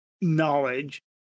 knowledge